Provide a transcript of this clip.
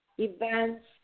events